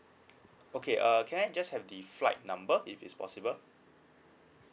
okay uh can I just have the flight number if it's possible